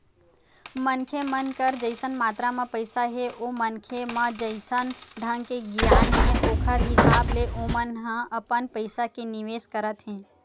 मनखे मन कर जइसन मातरा म पइसा हे ओ मनखे म जइसन ढंग के गियान हे ओखर हिसाब ले ओमन ह अपन पइसा के निवेस करत हे